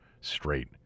straight